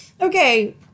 Okay